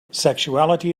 sexuality